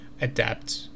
adapt